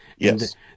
Yes